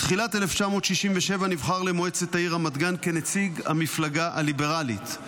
בתחילת 1967 נבחר למועצת העיר רמת גן כנציג המפלגה הליברלית.